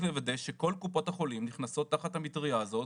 לוודא שכל קופות החולים נכנסים תחת המטרייה הזאת